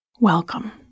Welcome